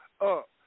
up